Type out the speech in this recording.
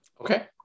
Okay